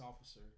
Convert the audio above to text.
officer